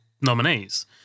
nominees